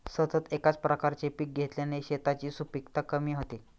सतत एकाच प्रकारचे पीक घेतल्याने शेतांची सुपीकता कमी होते